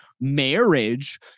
marriage